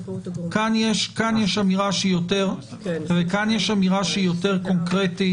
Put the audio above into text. יש אמירה שהיא יותר קונקרטית.